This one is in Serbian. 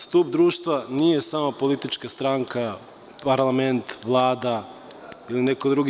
Stub društva nije samo politička stranka, parlament, Vlada ili neko drugi.